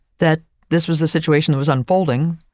that this was the situation that was unfolding.